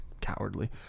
cowardly